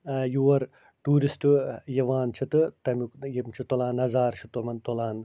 یور ٹیٛوٗرسٹہٕ یِوان چھِ تہٕ تَمیُک یِم چھِ تُلان نظارٕ چھِ تُمن تُلان